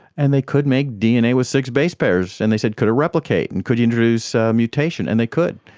and they could make dna with six base pairs. and they said could it replicate, and could you introduce mutation? and they could.